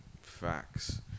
facts